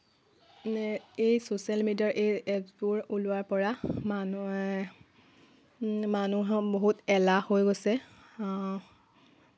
এই ছচিয়েল মিডিয়াৰ এই এপছবোৰ ওলোৱাৰ পৰা মানুহ মানুহৰ বহুত এলাহ হৈ গৈছে